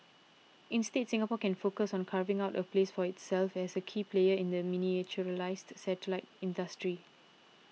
instead Singapore can focus on carving out a place for itself as a key player in the miniaturised satellite industry